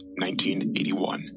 1981